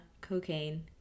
cocaine